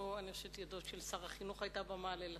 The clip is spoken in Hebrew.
אני חושבת שלא ידו של שר החינוך היתה במעל,